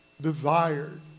desired